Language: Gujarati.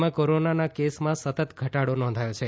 રાજ્યમાં કોરોનાના કેસમાં સતત ઘટાડો નોંધાયો છે